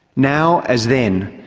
now as then,